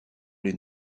les